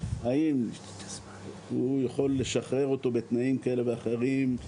האם הוא יכול לשחרר אותו בתנאים כאלה ואחרים,